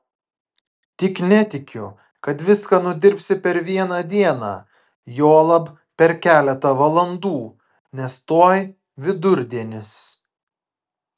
tik netikiu kad viską nudirbsi per vieną dieną juolab per keletą valandų nes tuoj vidurdienis